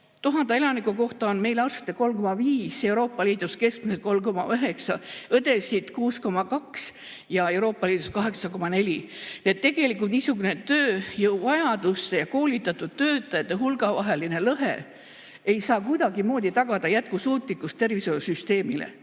– 1000 elaniku kohta on meil arste 3,5 ja Euroopa Liidus keskmiselt 3,9; õdesid on 6,2 ja Euroopa Liidus 8,4. Nii et tegelikult niisugune tööjõuvajadus ja koolitatud töötajate hulga vaheline lõhe ei saa kuidagimoodi tagada jätkusuutlikkust tervishoiusüsteemile.